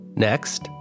Next